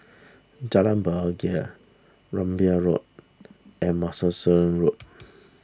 Jalan Bahagia Rambai Road and Martlesham Road